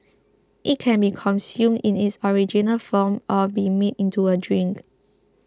it can be consumed in its original form or be made into a drink